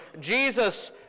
Jesus